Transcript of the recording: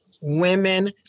women